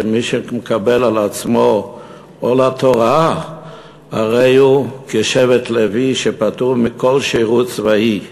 שמי שמקבל על עצמו עול התורה הרי הוא כשבט לוי שפטור מכל שירות צבאי.